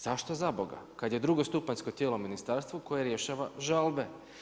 Zašto zaboga kada je drugostupanjsko tijelo ministarstvo koje rješava žalbe?